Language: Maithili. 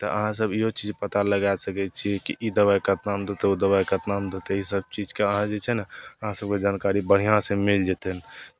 तऽ अहाँसभ इहो चीज पता लगा सकै छियै की ई दबाइ केतनामे देतहु ओ दबाइ केतनामे देतै इसभ चीजके अहाँ जे छै ने अहाँसभकेँ जानकारी बढ़िआँसँ मिल जेतै